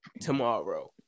tomorrow